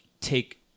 take